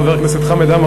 חבר הכנסת חמד עמאר,